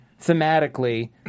thematically